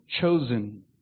chosen